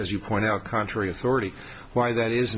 as you point out contrary authority why that is